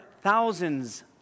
thousands